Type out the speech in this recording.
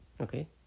Okay